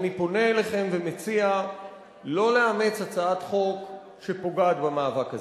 אני פונה אליכם ומציע לא לאמץ הצעת חוק שפוגעת במאבק הזה.